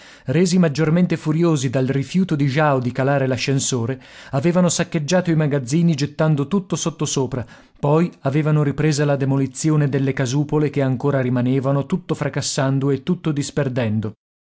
resi maggiormente furiosi dal rifiuto di jao di calare l'ascensore avevano saccheggiato i magazzini gettando tutto sottosopra poi avevano ripresa la demolizione delle casupole che ancora rimanevano tutto fracassando e tutto disperdendo